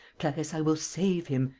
clarisse, i will save him.